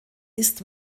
ist